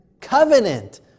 covenant